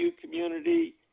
community